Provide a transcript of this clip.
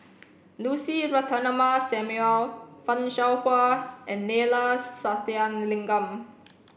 Lucy Ratnammah Samuel Fan Shao Hua and Neila Sathyalingam